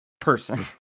person